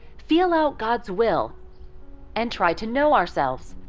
feel out god's will and try to know ourselves.